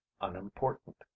unimportant